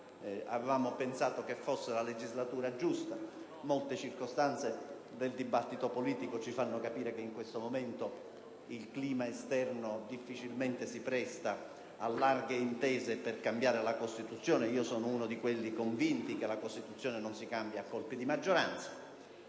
avevamo pensato che fosse la legislatura giusta; molte circostanze del dibattito politico ci fanno però capire che in questo momento il clima esterno difficilmente si presta a larghe intese per cambiare la Costituzione, e io sono fra quelli convinti che la Costituzione non si cambia a colpi di maggioranza.